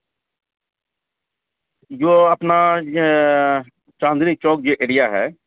جو اپنا چاندنی چوک جو ایریا ہے